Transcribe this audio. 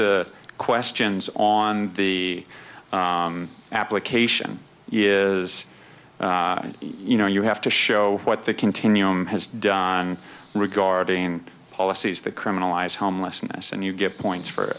the questions on the application is you know you have to show what the continuum has done regarding policies that criminalize homelessness and you get points for